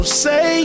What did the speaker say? say